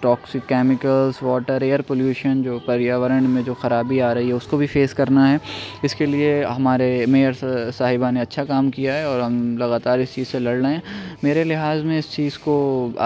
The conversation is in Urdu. toxic chemical water air pollution جو پریاورن میں جو خرابی آ رہی ہے اس کو بھی فیس کرنا ہے اس کے لیے ہمارے میئر صاحبہ نے اچھا کام کیا ہے اور ہم لگاتار اس چیز سے لڑ رہے ہیں میرے لحاظ میں اس چیز کو